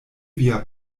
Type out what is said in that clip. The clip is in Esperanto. via